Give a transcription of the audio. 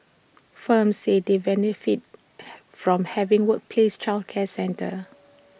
firms said they benefit from having workplace childcare centres